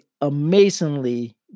amazingly